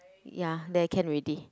ya there can already